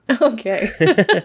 Okay